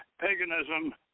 paganism